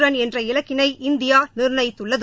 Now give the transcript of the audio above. run என்ற இலக்கினை India நிர்ணயித்துள்ளது